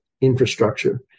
infrastructure